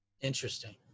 Interesting